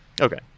Okay